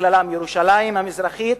ובכללם ירושלים המזרחית,